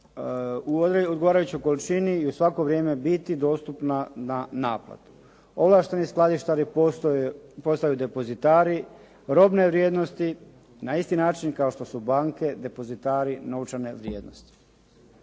u odgovarajućoj količini i u svako vrijeme biti dostupna na naplatu. Ova što skladištari postaju depozitari, robne vrijednosti na isti način kao što su banke, depozitari novčane vrijednosti.